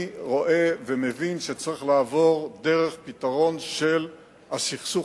אני רואה ומבין שצריך לעבור דרך פתרון של הסכסוך